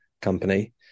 company